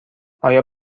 آیا